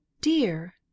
dear